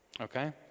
Okay